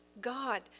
God